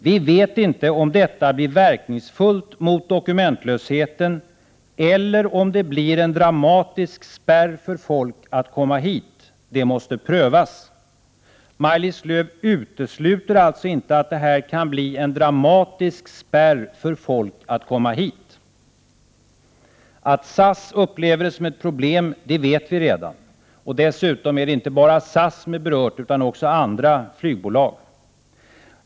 Vi vet inte om detta blir verkningsfullt mot dokumentlösheten eller om det blir en dramatisk spärr för folk att komma hit. Det måste prövas.” Maj-Lis Lööw utesluter alltså inte att detta kan bli en dramatisk spärr för folk att komma hit. Att SAS upplever det som ett problem vet vi redan. Dessutom är det inte bara SAS som är berört, utan också andra flygbolag.